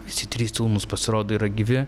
visi trys sūnūs pasirodo yra gyvi